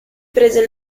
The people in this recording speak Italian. prese